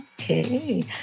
Okay